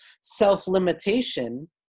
self-limitation